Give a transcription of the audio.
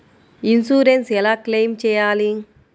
Insurance ఎలా claim చేయాలి?